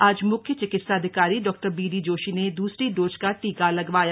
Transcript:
आज म्ख्य चिकित्साधिकारी डॉ बीडी जोशी ने द्रसरी डोज का टीका लगवाया